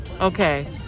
okay